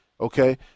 okay